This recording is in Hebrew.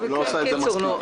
הוויכוח הוא לא איתך.